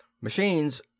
Machines